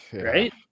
right